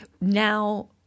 now –